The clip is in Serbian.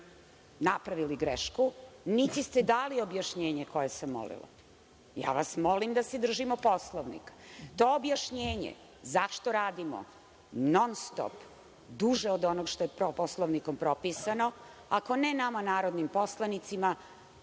napravili grešku, niti ste dali objašnjenje koje sam molila. Ja vas molim da se držimo Poslovnika. To objašnjenje, zašto radimo non-stop duže od onog što je Poslovnikom propisano, ako ne nama, narodnim poslanicima,